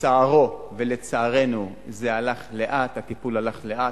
סיימנו את קריאות הביניים,